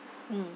mm